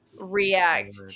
react